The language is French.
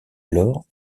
alors